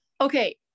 Okay